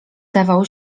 dawał